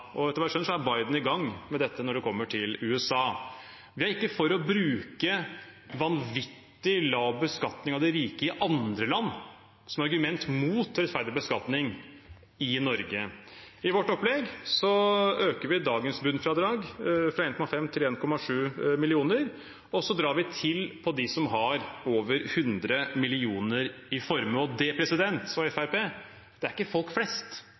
og etter hva jeg har skjønt, er Biden i gang med dette når det gjelder USA. Vi er ikke for å bruke vanvittig lav beskatning av de rike i andre land som argument mot rettferdig beskatning i Norge. I vårt opplegg øker vi dagens bunnfradrag fra 1,5 mill. kr til 1,7 mill. kr. Så drar vi til for dem som har over 100 mill. kr i formue, og det, president – og Fremskrittspartiet – er ikke folk flest.